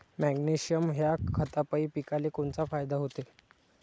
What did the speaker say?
Magnesium ह्या खतापायी पिकाले कोनचा फायदा होते?